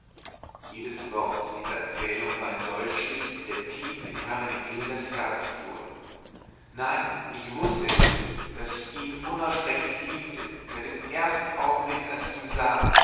jedes wort dieser erzählung war ein dolchstich der tief in hermenegildas herz fuhr nein ich wußt es nicht daß ich ihn unaussprechlich liebte seit dem ersten augenblick als ich ihn sah